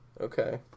Okay